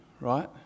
right